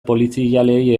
polizialei